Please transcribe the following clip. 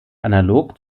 analog